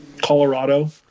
Colorado